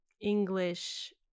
English